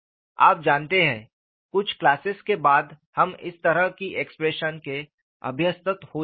आप जानते हैं कुछ क्लासेस के बाद आप इस तरह की एक्सप्रेशन के अभ्यस्त हो जाएंगे